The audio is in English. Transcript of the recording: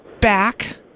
back